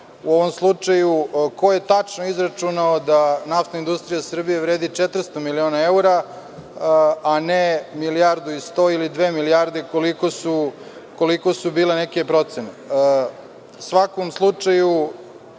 u ovom slučaju, ko je tačno izračunao da Naftna industrija Srbije vredi 400 miliona eura, a ne milijardu i sto, ili dve milijarde, koliko su bile neke procene.U svakom slučaju